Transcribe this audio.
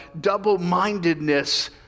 double-mindedness